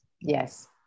Yes